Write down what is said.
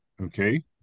Okay